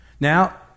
Now